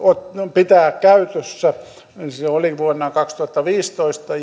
pitää käytössä se oli vuonna kaksituhattaviisitoista